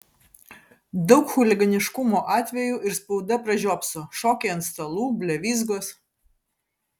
daug chuliganiškumo atvejų ir spauda pražiopso šokiai ant stalų blevyzgos